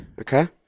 Okay